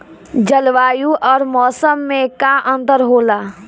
जलवायु और मौसम में का अंतर होला?